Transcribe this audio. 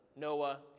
Noah